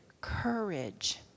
courage